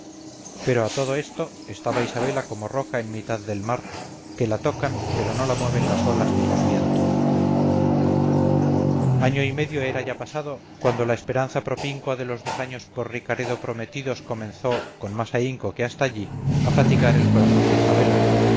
pero a todo esto estaba isabela como roca en mitad del mar que la tocan pero no la mueven las olas ni los vientos año y medio era ya pasado cuando la esperanza propincua de los dos años por ricaredo prometidos comenzó con más ahinco que hasta allí a fatigar el corazón de isabela